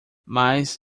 mas